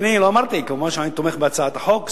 לכן, אדוני, לא אמרתי, מובן שאני תומך בהצעת החוק.